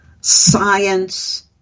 science